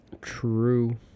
True